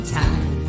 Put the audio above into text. time